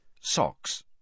socks